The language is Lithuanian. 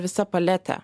visa paletė